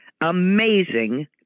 amazing